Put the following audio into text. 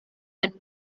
and